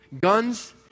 guns